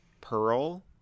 Pearl